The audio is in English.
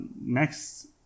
next